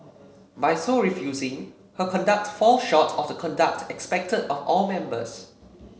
by so refusing her conduct falls short of the conduct expected of all members